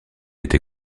été